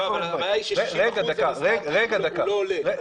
לא, הבעיה היא ש-60% זה מספר שהוא לא עולה.